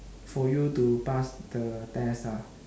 for you to pass the test ah